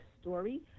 story